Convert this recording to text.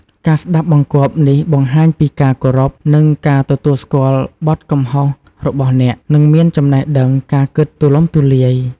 ការស្ដាប់បង្គាប់នេះបង្ហាញពីការគោរព និងការទទួលស្គាល់បទកំហុសរបស់អ្នក និងមានចំណេះដឹងការគិតទូលំទូលាយ។